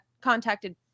contacted